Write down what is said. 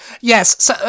Yes